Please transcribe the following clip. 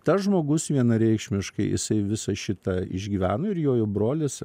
tas žmogus vienareikšmiškai jisai visą šitą išgyveno ir jo brolis